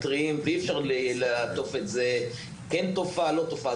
אי אפשר לעטוף את זה ב:כן תופעה, לא תופעה.